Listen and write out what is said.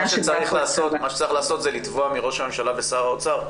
מה שצריך לעשות זה לתבוע מראש הממשלה ושר האוצר,